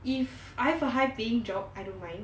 if I have a high paying job I don't mind